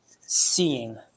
seeing